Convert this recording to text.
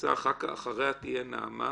אחריה נעמה